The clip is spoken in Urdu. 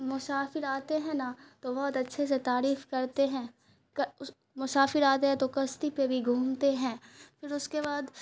مسافر آتے ہیں نا تو بہت اچھے سے تعریف کرتے ہیں مسافر آتے ہیں تو کشتی پہ بھی گھومتے ہیں پھر اس کے بعد